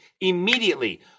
immediately